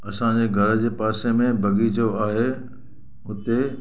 असांजे घर जे पासे में बगीचो आहे उते